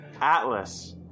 atlas